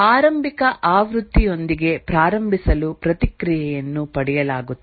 ಆರಂಭಿಕ ಆವೃತ್ತಿಯೊಂದಿಗೆ ಪ್ರಾರಂಭಿಸಲು ಪ್ರತಿಕ್ರಿಯೆಯನ್ನು ಪಡೆಯಲಾಗುತ್ತದೆ